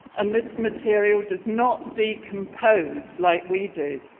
and this material does not decompose like we do.